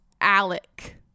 Alec